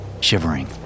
shivering